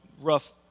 rough